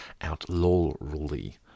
outlawry